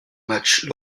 matchs